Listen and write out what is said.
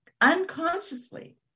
unconsciously